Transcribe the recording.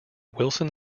wilson